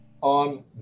on